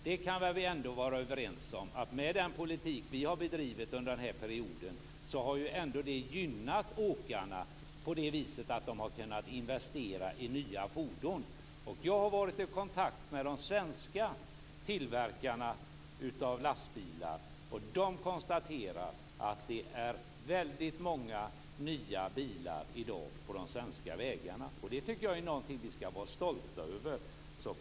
Vi kan väl ändå vara överens om att den politik som vi har drivit under den här perioden har gynnat åkarna på det viset att de har kunnat investera i nya fordon. Jag har varit i kontakt med de svenska tillverkarna av lastbilar, och de konstaterar att det är väldigt många nya bilar på de svenska vägarna i dag. Det är någonting som vi skall vara stolta över.